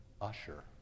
usher